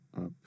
up